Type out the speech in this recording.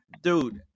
dude